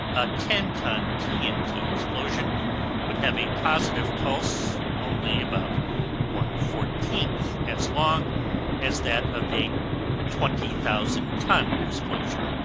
a ten ton t n t. explosion would have a positive pulse only about one fourteenth as long as that of a twenty thousand ton explosion.